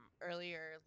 earlier